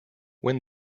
when